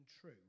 true